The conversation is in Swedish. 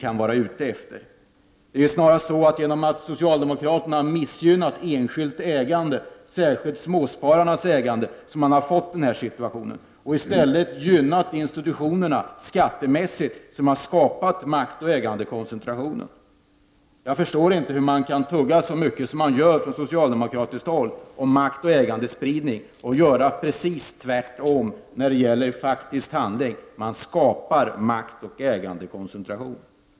Det är väl snarast så att vi har fått den här situationen genom att socialdemokraterna har missgynnat enskilt ägande, speciellt småspararnas ägande. I stället har man skattemässigt gynnat institutionerna vilket skapat maktoch ägandekoncentration. Jag förstår inte hur man kan tugga så mycket som man gör från socialdemokratiskt håll om maktoch ägandespridning och själv agera precis tvärtom när det gäller faktisk handling. Man skapar maktoch ägandekoncentration.